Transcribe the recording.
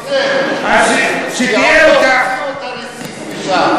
עוד לא הוציאו את הרסיס משם.